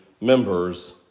members